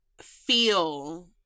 feel